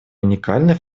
уникальный